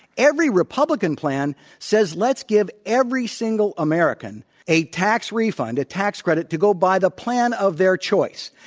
every republican plan says let's give every single american a tax refund, a tax credit to go buy the plan of their choice.